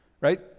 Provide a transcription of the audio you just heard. right